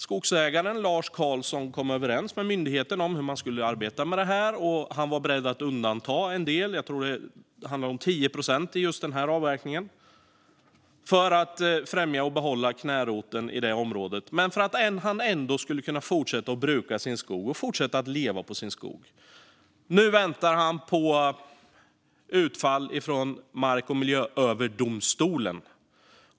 Skogsägaren Lars Carlsson kom dock överens med myndigheten om hur han skulle arbeta med detta, och han var beredd att undanta en del - jag tror att det handlar om 10 procent - i just det avverkningsområdet för att främja och behålla knäroten men ändå kunna fortsätta att bruka och leva på sin skog. Nu väntar han på utfallet i Mark och miljööverdomstolen.